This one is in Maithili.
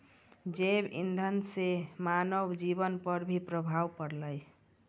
जैव इंधन से मानव जीबन पर भी प्रभाव पड़लै